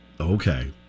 Okay